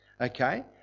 okay